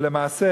ולמעשה,